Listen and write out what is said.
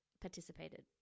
participated